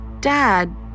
Dad